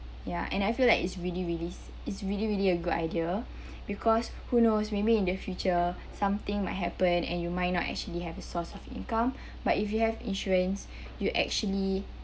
ya and I feel like it's really really it's really really a good idea because who knows maybe in the future something might happen and you might not actually have a source of income but if you have insurance you actually